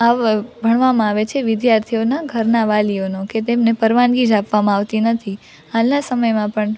ભણવામાં આવે છે વિધાર્થીઓના ઘરના વાલીઓનો કે તેમને પરવાનગી જ આપવામાં આવતી નથી હાલના સમયમાં પણ